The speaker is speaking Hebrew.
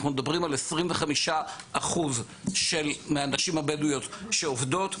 אנחנו מדברים על 25% מהנשים הבדואיות שעובדות,